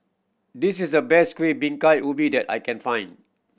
this is the best Kuih Bingka Ubi that I can find